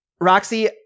Roxy